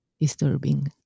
disturbing